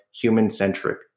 human-centric